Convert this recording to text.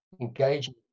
engaging